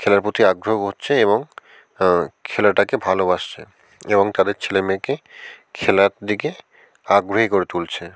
খেলার প্রতি আগ্রহ হচ্ছে এবং খেলাটাকে ভালোবাসছে এবং তাদের ছেলে মেয়েকে খেলার দিকে আগ্রহী করে তুলছে